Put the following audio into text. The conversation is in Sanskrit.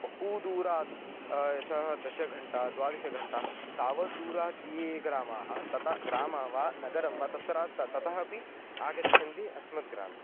बहुदूरात् यथा दशघण्टा द्वादशघण्टा तावद्दूरात् ये ग्रामाः तथा ग्रामं वा नगरं वा तत्र ते ततः अपि आगच्छन्ति अस्मद्ग्रामे